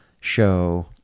show